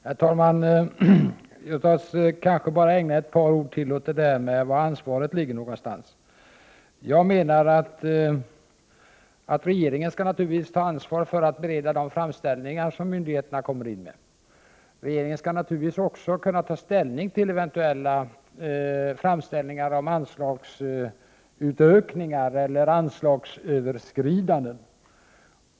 Herr talman! Låt mig bara ägna ett par ord till åt frågan om var ansvaret ligger. Regeringen skall naturligtvis ta ansvar för att bereda de framställningar som myndigheterna kommer in med. Givetvis skall regeringen också kunna ta ställning till eventuella framställningar om anslagsökningar eller anslagsöverskridanden.